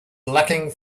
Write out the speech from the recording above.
lacking